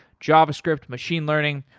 javascript, machine learning,